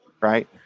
right